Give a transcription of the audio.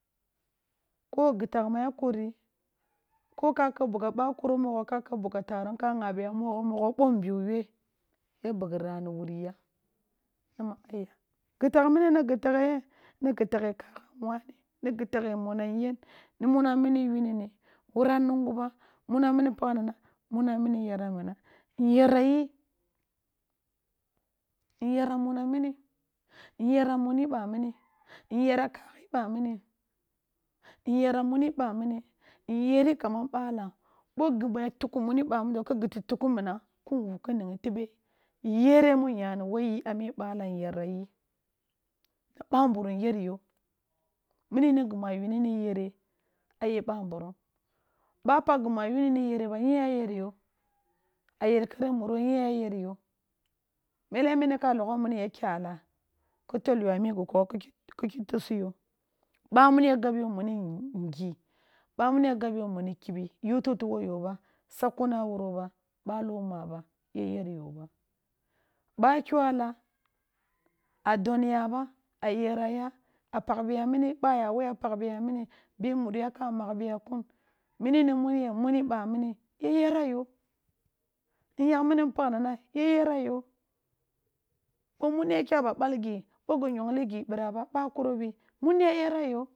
Ko gitagh mua kkuri, ko ka keb bugha ba kuro mogho ka keb bugha terum ka gha biya mogho mogho bo nbiu yue, ya beghri na ri wuri ya nama auya gitakh mini ni gitaghe yen ni gita ghe kagham wane, ni gitaghe munam yen, nim unam mini yuni wuram mungu ba, munam mini pakh na na, munam mini year minam nyera yi nyera munam nuni nyera mini baminni, nyera kahkhi bamini, nyera numi ba mini, nyeri kaman balam. Bo gibira ya tuku muni bamado ke giti tuki minam ku wuu ken nnighi tebe yere mi nyani wo yi a nu balam nyera yi ki bamburum yer yo, mini nig imu ya yuni yere a yer yo, mini nig imu ya yuni yere a yer bamburum. Ba pakh gumna yuni ni yere b ani yen yay er yo. Mele mini ka logho muni ya kya ua ki tol yo a mi gi kogho ki-ki kiki tuso yo bamum ya gab yo wuni ngi bamun ya gab yo wuni kibi yu tutu wo ba sakkun a wuro ba, balo ma bay a yerbo b aba kyoa laa a don y aba a yerra ya, a pagh biya mini, bay a woyi a pakh biya mini, ni mmuni yen ni muni ba mini ya year yo nyagh mini npakh nena ya year yo bo munodi ya kya ba balgi bo gi yongh gi bira ba, ba karo bi mundi ya yira yo.